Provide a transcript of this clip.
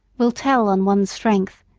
will tell on one's strength,